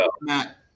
Matt